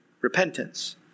repentance